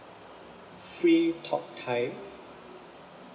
free talk time